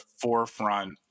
forefront